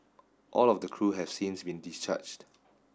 all of the crew have since been discharged